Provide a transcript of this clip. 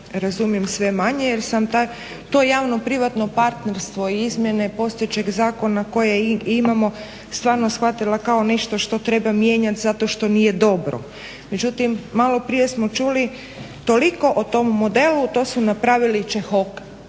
razumijem sve manje jer sam to javno-privatno partnerstvo i izmjene postojećeg zakona kojeg imamo stvarno shvatila kao nešto što treba mijenjati zato što nije dobro. Međutim, malo prije smo čuli toliko o tom modelu. To su napravili Čehok